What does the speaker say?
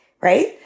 right